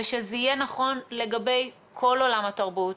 ושזה יהיה נכון לגבי כל עולם התרבות,